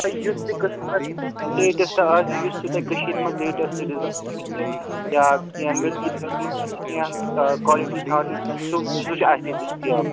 تُہۍ یُس تہِ قٕسٕم آسہِ لیٚٹٮ۪سٹہٕ آسہِ یُس تہِ تۄہہِ کٔشیٖرِ منٛز لیٚٹٮ۪سٹہٕ ڈزاین آسہِ یا کیٚنٛہہ مِٹیٖریَلَس منٛز آسہِ کیٚنٛہہ کالٹی تھاونس سُہ سُہ چھُ اَسہِ نِش دٔستیاب